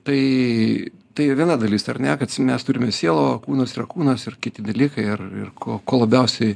tai tai viena dalis ar ne kad s mes turime sielą o kūnas yra kūnas ir kiti dalykai ir ir ko ko labiausiai